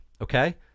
okay